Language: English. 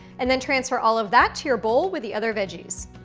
and then transfer all of that to your bowl with the other veggies.